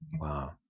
Wow